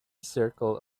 circle